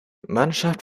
mannschaft